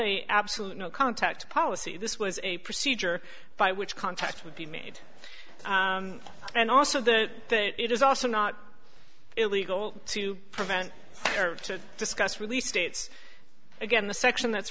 a absolute no contact policy this was a procedure by which contact would be made and also the that it is also not illegal to prevent or to discuss release states again the section that's